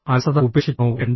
അലസത ഉപേക്ഷിക്കണോ വേണ്ടയോ